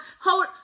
Hold